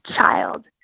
child